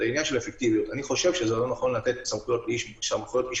אני חושב שזה לא נכון לתת סמכויות אכיפה